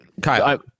Kyle